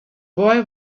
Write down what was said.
boy